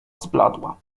zbladła